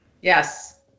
Yes